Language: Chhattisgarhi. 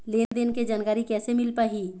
लेन देन के जानकारी कैसे मिल पाही?